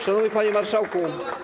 Szanowny Panie Marszałku!